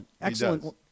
Excellent